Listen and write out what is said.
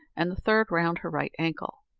and the third round her right ankle,